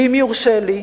ואם יורשה לי,